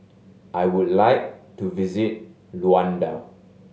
I would like to visit Luanda